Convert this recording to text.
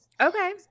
Okay